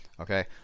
Okay